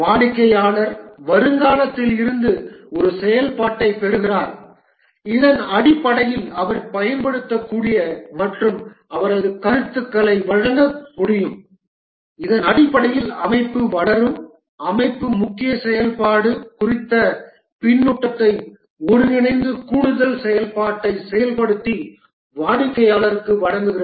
வாடிக்கையாளர் வருங்காலத்தில் இருந்து ஒரு செயல்பாட்டைப் பெறுகிறார் இதன் அடிப்படையில் அவர் பயன்படுத்தக்கூடிய மற்றும் அவரது கருத்துக்களை வழங்க முடியும் இதன் அடிப்படையில் அமைப்பு வளரும் அமைப்பு முக்கிய செயல்பாடு குறித்த பின்னூட்டத்தை ஒருங்கிணைத்து கூடுதல் செயல்பாட்டை செயல்படுத்தி வாடிக்கையாளருக்கு வழங்குகிறது